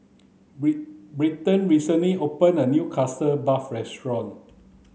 Brenda recently opened a new custard puff restaurant